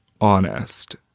honest